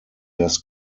less